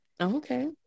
Okay